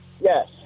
Yes